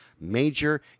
Major